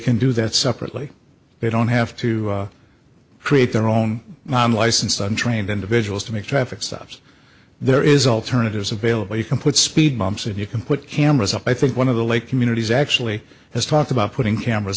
can do that separately they don't have to create their own non licensed untrained individuals to make traffic stops there is alternatives available you can put speed bumps and you can put cameras up i think one of the lake communities actually has talked about putting cameras